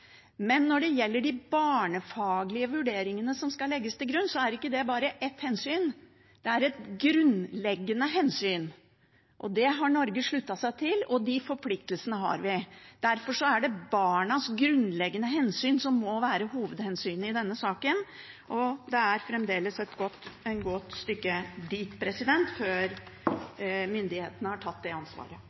Men det er noen som snakker som om noen har foreslått å ta barn fra foreldre mot deres vilje. Det kan man ikke. Når det gjelder de barnefaglige vurderingene som skal legges til grunn, er ikke det bare et hensyn – det er et grunnleggende hensyn. Det har Norge sluttet seg til, og de forpliktelsene har vi. Derfor er det barnas grunnleggende hensyn som må være hovedhensynet i denne saken, og det er fremdeles et godt stykke